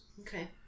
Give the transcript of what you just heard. Okay